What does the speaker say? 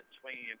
swinging